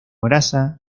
grasa